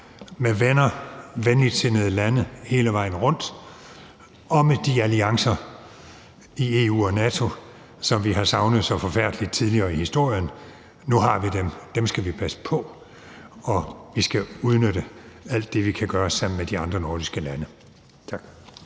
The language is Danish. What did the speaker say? med venner, venligsindede lande hele vejen rundt, og med de alliancer i EU og NATO, som vi har savnet så forfærdeligt tidligere i historien. Nu har vi dem, og dem skal vi passe på, og vi skal udnytte alt det, som vi kan gøre sammen med de andre nordiske lande. Tak.